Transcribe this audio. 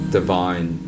divine